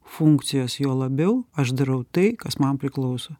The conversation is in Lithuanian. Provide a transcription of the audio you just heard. funkcijos juo labiau aš darau tai kas man priklauso